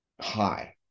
high